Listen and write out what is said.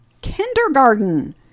kindergarten